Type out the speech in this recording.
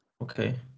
Okay